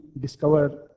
discover